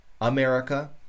America